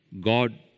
God